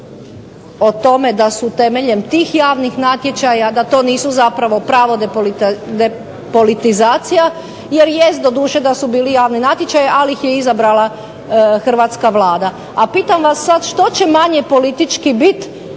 o tome da su temeljem tih javnih natječaja, da to zapravo nisu pravo depolitizacija jer jest doduše da su bili javni natječaji ali ih je izabrala hrvatska Vlada. A pitam vas sada što će manje politički biti